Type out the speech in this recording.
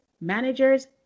managers